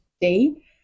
day